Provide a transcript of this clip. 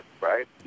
right